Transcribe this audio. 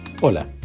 Hola